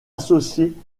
associée